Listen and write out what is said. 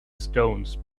stones